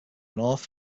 north